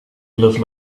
live